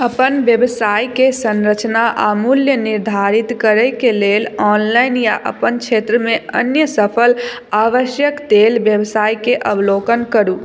अपन व्यवसाय के संरचना आ मूल्य निर्धारित करय के लेल ऑनलाइन या अपन क्षेत्र मे अन्य सफल आवश्यक तेल व्यवसाय के अवलोकन करू